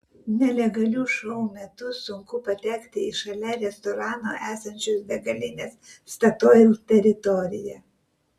nelegalių šou metu sunku patekti į šalia restorano esančios degalinės statoil teritoriją